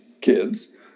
kids